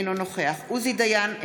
אינו נוכח עוזי דיין,